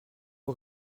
vos